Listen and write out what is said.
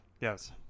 Yes